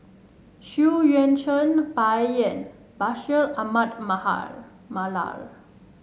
Xu Yuan Zhen Bai Yan Bashir Ahmad Mahal Mallal